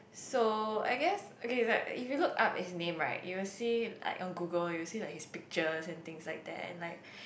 so I guess okay like if you look up his name right you will see like on Google you will like see his pictures and things like that and like